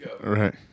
Right